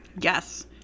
Yes